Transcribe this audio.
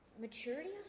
maturity